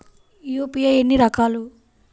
UPI ఎన్ని రకాలు?